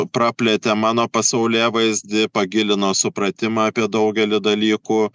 praplėtė mano pasaulėvaizdį pagilino supratimą apie daugelį dalykų